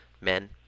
men